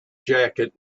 jacket